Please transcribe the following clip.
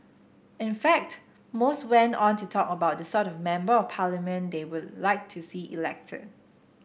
in fact most went on to talk about the sort of Member of Parliament they would like to see elected